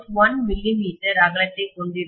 1 millimetre அகலத்தைக் கொண்டிருக்கும்